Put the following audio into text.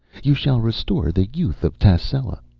you shall restore the youth of tascela.